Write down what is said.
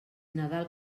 nadal